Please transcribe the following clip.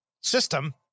system